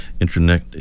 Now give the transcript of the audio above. internet